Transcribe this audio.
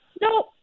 No